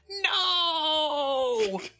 No